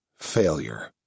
failure